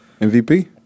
MVP